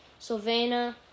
Sylvana